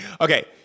okay